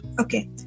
okay